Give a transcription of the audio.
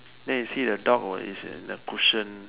then you see the dog were is in the cushion